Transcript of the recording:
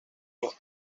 dos